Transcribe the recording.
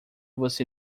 você